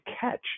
catch